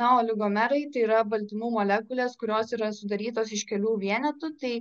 na oligomerai tai yra baltymų molekulės kurios yra sudarytos iš kelių vienetų tai